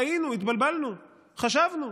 טעינו, התבלבלנו, חשבנו,